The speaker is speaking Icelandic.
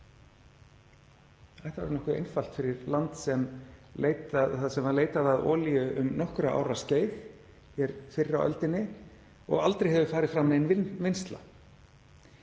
ætti að vera nokkuð einfalt fyrir land þar sem var leitað að olíu um nokkurra ára skeið hér fyrr á öldinni og aldrei hefur farið fram nein vinnsla.